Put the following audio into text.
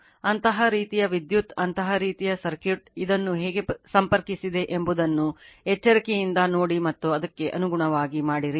ಅಂತಹ ರೀತಿಯ ವಿದ್ಯುತ್ ಅಂತಹ ರೀತಿಯ ಸರ್ಕ್ಯೂಟ್ ಇದನ್ನು ಹೇಗೆ ಸಂಪರ್ಕಿಸಿದೆ ಎಂಬುದನ್ನು ಎಚ್ಚರಿಕೆಯಿಂದ ನೋಡಿ ಮತ್ತು ಅದಕ್ಕೆ ಅನುಗುಣವಾಗಿ ಮಾಡಿರಿ